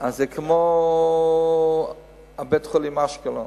זה כמו בית-החולים באשקלון.